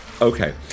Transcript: Okay